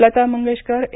Lata Mangeshkar ए